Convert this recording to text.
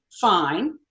fine